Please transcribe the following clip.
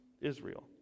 Israel